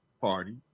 Party